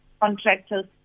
contractors